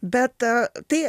bet tai